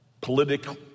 political